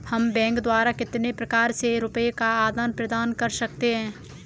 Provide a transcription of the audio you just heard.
हम बैंक द्वारा कितने प्रकार से रुपये का आदान प्रदान कर सकते हैं?